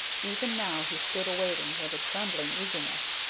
even now he stood awaiting with trembling eagerness,